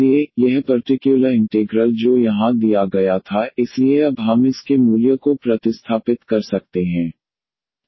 इसलिए यह particular integral जो यहां दिया गया था इसलिए अब हम इस के मूल्य को प्रतिस्थापित कर सकते हैं 12ia1D ia 1Diasec ax 12iaeiaxxialn cos ax e iaxx ialn cos ax xasin ax 1a2ln